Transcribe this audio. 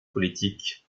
politique